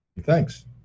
Thanks